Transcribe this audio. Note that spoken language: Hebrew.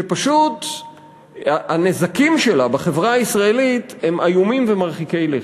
שפשוט הנזקים שלה בחברה הישראלית הם איומים ומרחיקי לכת.